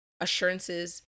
assurances